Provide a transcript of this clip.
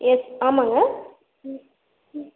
S ஆமாங்க ம் ம்